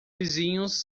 vizinhos